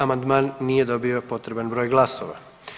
Amandman nije dobio potreban broj glasova.